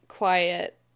quiet